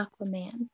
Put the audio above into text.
Aquaman